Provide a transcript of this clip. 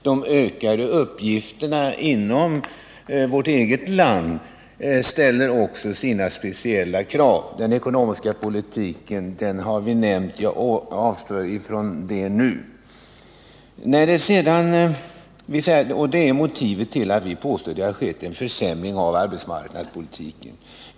De ökade uppgifter som vi åtagit oss inom vårt eget land ställer också sina speciella krav. Den ekonomiska politiken har tidigare berörts, och jag avstår från att nu gå in på den. Vi menar emellertid att den är orsaken till att det har skett en försämring av arbetsmarknadspolitiken.